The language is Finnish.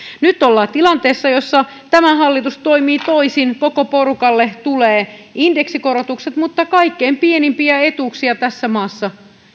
nyt ollaan tilanteessa jossa tämä hallitus toimii toisin koko porukalle tulee indeksikorotukset mutta kaikkein pienimpiä etuuksia tässä maassa